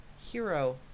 Hero